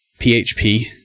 PHP